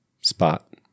spot